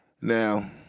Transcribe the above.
Now